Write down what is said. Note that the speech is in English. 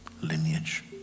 lineage